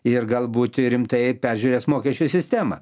ir galbūt rimtai peržiūrės mokesčių sistemą